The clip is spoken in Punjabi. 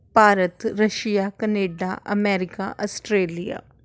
Bharat Russia Canada America Australia